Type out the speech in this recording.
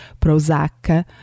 Prozac